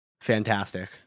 fantastic